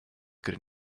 good